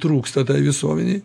trūksta tai visuomenei